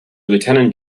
lieutenant